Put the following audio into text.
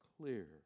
clear